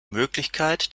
möglichkeit